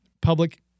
public